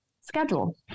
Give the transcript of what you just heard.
schedule